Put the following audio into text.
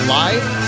life